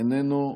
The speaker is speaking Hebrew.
איננו.